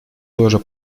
тоже